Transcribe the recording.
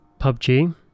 PUBG